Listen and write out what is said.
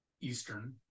Eastern